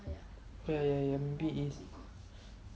ya ya ya maybe is